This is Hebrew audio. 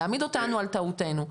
להעמיד אותנו על טעותנו,